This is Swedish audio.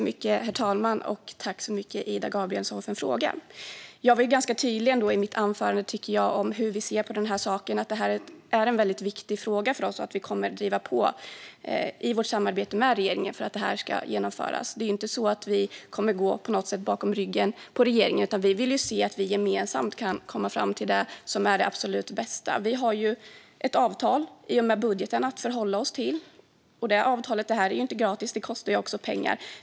Herr talman! Jag tackar ledamoten Ida Gabrielsson för frågan. Jag var ändå ganska tydlig i mitt anförande, tycker jag, med hur vi ser på saken. Det är en viktig fråga för oss, och vi kommer att driva på i vårt samarbete med regeringen för att det ska genomföras. Det är inte så att vi på något sätt kommer att gå bakom ryggen på regeringen, utan vi vill se att vi gemensamt kan komma fram till det som är det absolut bästa. Vi har ett avtal i och med budgeten att förhålla oss till. Det här är ju inte gratis; det kostar också pengar.